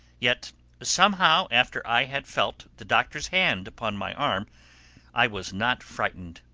yet somehow after i had felt the doctor's hand upon my arm i was not frightened,